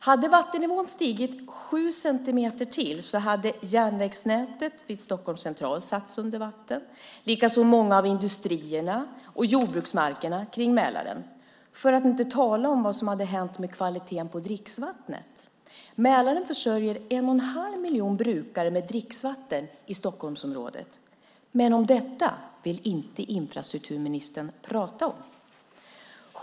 Hade vattennivån stigit sju centimeter till hade järnvägsnätet vid Stockholms central satts under vatten, likaså många av industrierna och jordbruksmarkerna runt Mälaren, för att inte tala om vad som hade hänt med kvaliteten på dricksvattnet. Mälaren försörjer en och en halv miljon brukare med dricksvatten i Stockholmsområdet, men om detta vill inte infrastrukturministern prata.